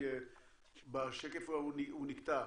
כי הוא נקטע.